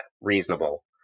reasonable